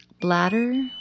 Bladder